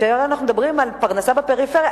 כשהיום אנחנו מדברים על פרנסה בפריפריה,